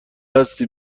هستی